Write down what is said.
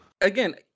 Again